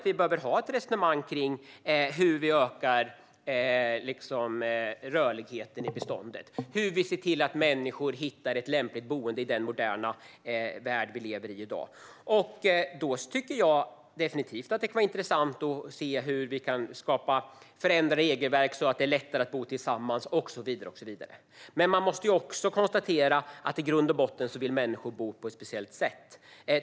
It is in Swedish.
Vi behöver ha ett resonemang om hur vi ökar rörligheten i beståndet och ser till att människor hittar ett lämpligt boende i den moderna värld vi lever i i dag. Det kan definitivt vara intressant att se hur vi kan förändra regelverk så att det är lättare att bo tillsammans och så vidare. Man måste också konstatera att människor vill bo på ett speciellt sätt.